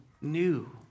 new